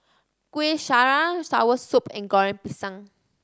Kuih Syara soursop and Goreng Pisang